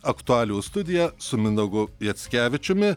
aktualijų studija su mindaugu jackevičiumi